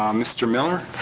um mr. miller?